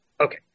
Okay